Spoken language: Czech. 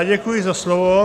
Děkuji za slovo.